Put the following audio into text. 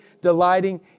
delighting